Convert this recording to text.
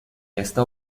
esta